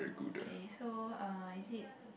K so uh is it